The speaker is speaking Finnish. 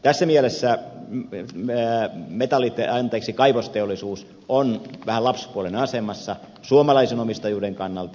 tässä mielessä kaivosteollisuus on vähän lapsipuolen asemassa suomalaisen omistajuuden kannalta